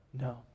No